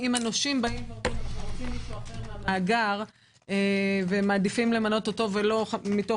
אם הנושים רוצים מישהו אחר מהמאגר ומעדיפים למנות אותו ולא מתוך